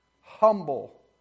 humble